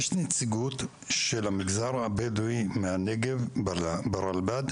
יש נציגות של המגזר הבדואי מהנגב ברלב"ד,